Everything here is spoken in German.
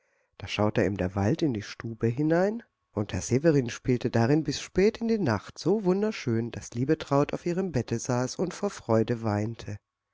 da schaute ihm der wald in die stube hinein und herr severin spielte darin bis spät in die nacht so wunderschön daß liebetraut auf ihrem bette saß und vor freude weinte